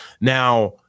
Now